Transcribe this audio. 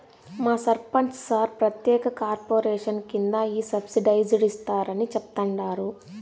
మా సర్పంచ్ సార్ ప్రత్యేక కార్పొరేషన్ కింద ఈ సబ్సిడైజ్డ్ ఇస్తారని చెప్తండారు